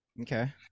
Okay